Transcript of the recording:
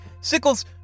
Sickles